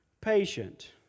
patient